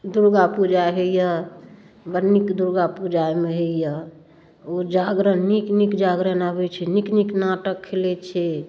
दुर्गापूजा होइए बड़ नीक दुर्गापूजा अइमे होइए ओ जागरण नीक नीक जागरण आबै छै नीक नीक नाटक खेलै छै